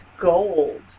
gold